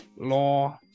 law